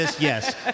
yes